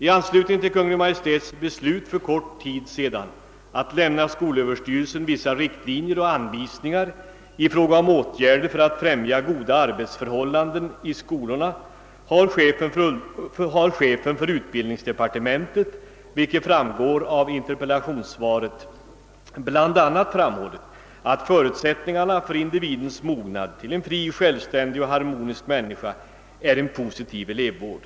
I anslutning till Kungl. Maj:ts beslut för kort tid sedan att lämna skolöverstyrelsen vissa riktlinjer och anvisningar i fråga om åtgärder för att främja goda arbetsförhållanden i skolorna har chefen för utbildningsdepartementet, som framgår av interpellationssvaret, bl.a. framhållit att förutsättningen för »individens mognad till en fri, självständig och harmonisk människa» är »en positiv elevvård».